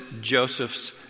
Joseph's